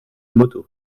motos